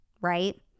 right